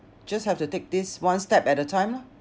just have to take this one step at a time lor